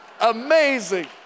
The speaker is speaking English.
Amazing